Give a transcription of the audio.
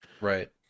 right